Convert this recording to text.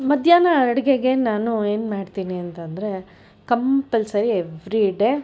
ಮಧ್ಯಾಹ್ನ ಅಡುಗೆಗೆ ನಾನು ಏನು ಮಾಡ್ತೀನಿ ಅಂತಂದರೆ ಕಂಪಲ್ಸರಿ ಎವ್ರಿ ಡೇ